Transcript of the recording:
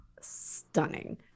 stunning